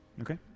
okay